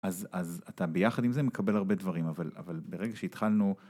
אז אתה ביחד עם זה מקבל הרבה דברים, אבל ברגע שהתחלנו...